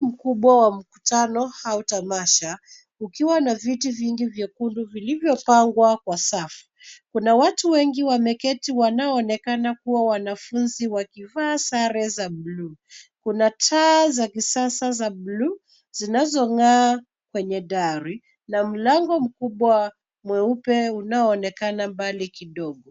Ukumbi mkubwa wa mkutano au tamasha, ukiwa na viti vingi vyekundu vilivyopangwa kwa safu. Kuna watu wengi wameketi wanaoonekana kuwa wanafunzi wakivaa sare za buluu. Kuna taa za kisasa za buluu zinazongaa kwenye dari na mlango mkubwa mweupe unaoonekana mbali kidogo.